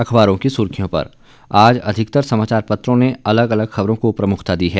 अखबारों की सुर्खियों पर आज अधिकतर समाचार पत्रों ने अलग अलग खबरों को प्रमुखता दी है